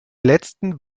letzten